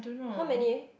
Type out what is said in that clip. how many